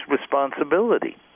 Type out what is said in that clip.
responsibility